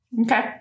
Okay